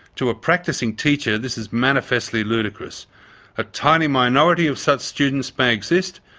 to a practising teacher this is manifestly ludicrous a tiny minority of such students may exist,